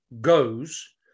goes